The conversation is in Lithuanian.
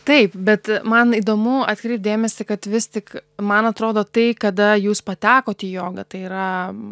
taip bet man įdomu atkreipt dėmesį kad vis tik man atrodo tai kada jūs patekot į jogą tai yra